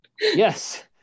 Yes